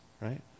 right